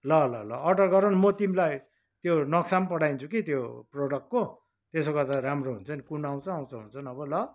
ल ल ल अर्डर गरन म तिमीलाई त्यो नक्सा पनि पठाइदिन्छु कि त्यो प्रोडक्टको त्यसो गर्दा राम्रो हुन्छ नि कुन आउँछ आउँछ हुन्छ नभए ल